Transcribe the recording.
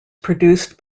produced